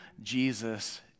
Jesus